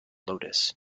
lotus